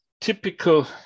typical